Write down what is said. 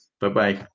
Bye-bye